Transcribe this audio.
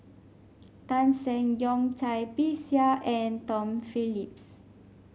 Tan Seng Yong Cai Bixia and Tom Phillips